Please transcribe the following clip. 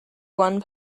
one